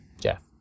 Jeff